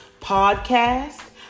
Podcast